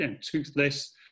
toothless